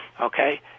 okay